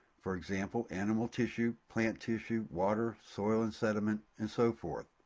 for example animal tissue, plant tissue, water, soil and sediment, and so forth.